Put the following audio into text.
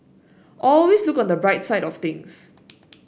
always look on the bright side of things